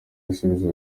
ibisubizo